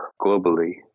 globally